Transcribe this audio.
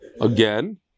Again